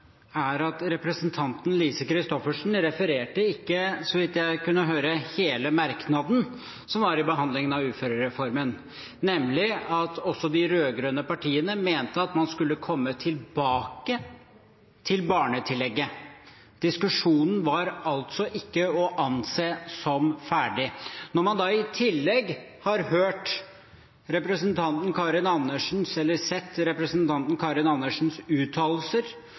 på det. Representanten Lise Christoffersen refererte ikke – så vidt jeg kunne høre – hele merknaden som var i behandlingen av uførereformen, nemlig også at de rød-grønne partiene mente man skulle komme tilbake til barnetillegget. Diskusjonen var altså ikke å anse som ferdig. Når man i tillegg har sett representanten Karin Andersens uttalelser